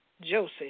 Joseph